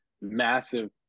massive